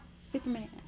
Superman